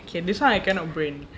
okay this [one] I cannot brain